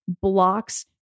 blocks